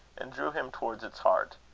and drew him towards its heart.